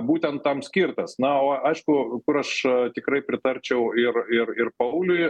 būtent tam skirtas na aišku kur aš tikrai pritarčiau ir ir ir pauliui